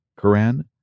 Quran